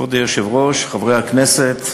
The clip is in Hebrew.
כבוד היושב-ראש, חברי הכנסת,